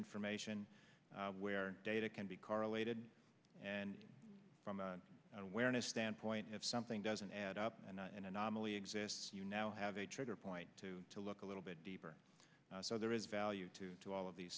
information where data can be correlated and awareness standpoint if something doesn't add up and an anomaly exists you now have a trigger point two to look a little bit deeper so there is value to do all of these